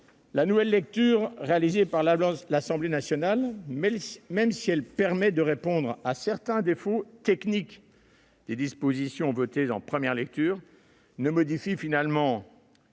la nouvelle lecture réalisée par l'Assemblée nationale, même si elle permet de répondre à certains défauts techniques des dispositions votées en première lecture, ne modifie pas vraiment